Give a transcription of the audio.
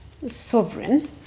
Sovereign